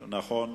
נכון.